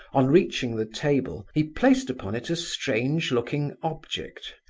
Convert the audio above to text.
on reaching the table, he placed upon it a strange-looking object,